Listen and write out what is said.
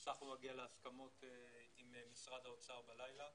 הצלחנו להגיע להסכמות עם משרד האוצר בלילה.